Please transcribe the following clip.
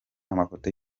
amafoto